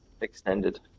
extended